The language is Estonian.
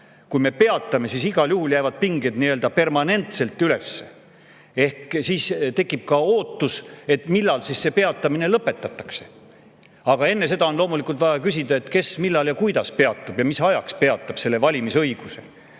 Kui me peatame, siis igal juhul jäävad pinged nii-öelda permanentselt üles. Siis tekib ka ootus, et millal see peatamine lõpetatakse. Aga enne seda on loomulikult vaja küsida, kes, millal ja kuidas peatab ning mis ajaks peatab selle valimisõiguse.